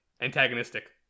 antagonistic